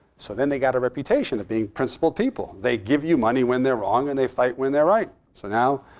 so then they got a reputation of being principled people. they give you money when they're wrong and they fight when they're right. so now